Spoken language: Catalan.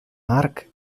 marc